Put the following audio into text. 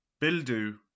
Bildu